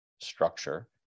structure